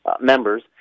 members